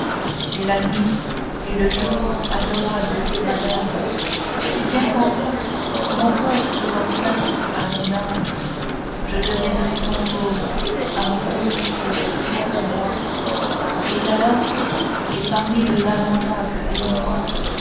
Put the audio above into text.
et la nuit et le jour adorable madame si bien qu'enfin mon corps faisant place à mon âme je deviendrai fantôme à mon tour aussi moi et qu'alors et parmi le lamentable émoi